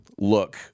look